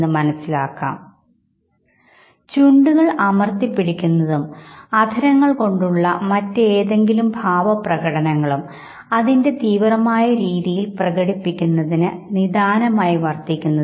എന്നാൽ oriental Indians ആകട്ടെ അവർക്ക് വിഷമം വരുമ്പോൾ അല്ലെങ്കിൽ നെഗറ്റീവ് വികാരങ്ങൾ ഉണ്ടാകുമ്പോൾ അത് അതിൻറെ തീവ്രതയിൽ പ്രകടിപ്പിക്കാൻ ആണ് ശ്രമിക്കുന്നത്